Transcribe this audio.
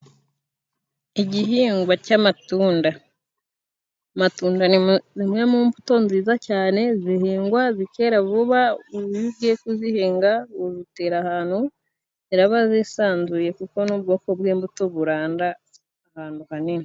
Igihingwa cy'amatunda, amatunda ni zimwe mu mbuto nziza cyane zihingwa zikera vuba iyo ugiye kuzihinga utera ahantu ziraba zisanzuye kuko ni ubwoko bw'imbuto buranda ahantu hanini.